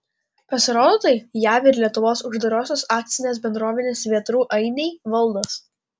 pasirodo tai jav ir lietuvos uždarosios akcinės bendrovės vėtrų ainiai valdos